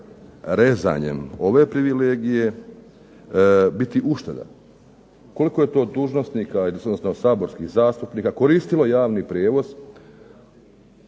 rezanjem ove privilegije biti ušteda? Koliko je to dužnosnika, odnosno saborskih zastupnika koristilo javni prijevoz